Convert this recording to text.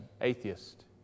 atheist